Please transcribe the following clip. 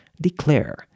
Declare